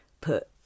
put